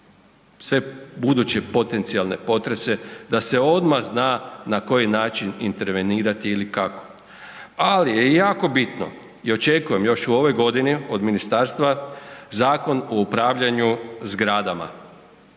sve buduće potencijalne potrese da se odmah zna na koji način intervenirati ili kako. Ali je jako bitno i očekujem još u ovoj godini od ministarstva Zakon o upravljanju zgradama.